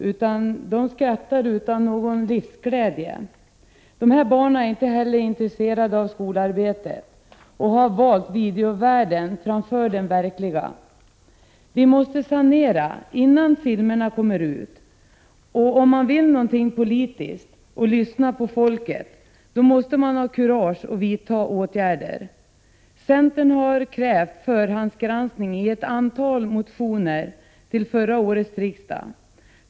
Deras skratt saknar livsglädje. Dessa barn är inte heller intresserade av skolarbetet och har valt videovärlden framför den verkliga. Vi måste sanera innan filmerna kommer ut. Om man vill någonting politiskt och lyssnar på folket, måste man ha kurage att vidta åtgärder. Centern har krävt förhandsgranskning av videofilmer i ett antal motioner till förra årets riksdag.